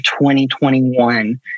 2021